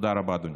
תודה רבה, אדוני.